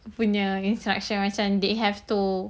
punya instruction macam they have to